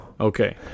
Okay